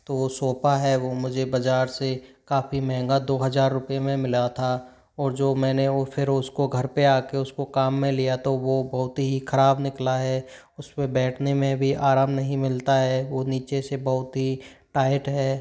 तो वो सोफा है वो मुझे बाजार से काफ़ी महंगा दो हजार रुपए में मिला था और जो मैंने वो फिर उसको घर पे आके उसको काम में लिया तो वो बहुत ही खराब निकला है उसपे बैठने में भी आराम नहीं मिलता है वो नीचे से बहुत ही टाइट है